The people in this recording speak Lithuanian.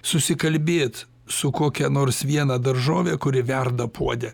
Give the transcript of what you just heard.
susikalbėt su kokia nors viena daržove kuri verda puode